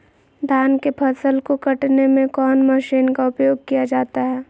धान के फसल को कटने में कौन माशिन का उपयोग किया जाता है?